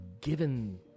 given